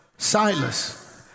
Silas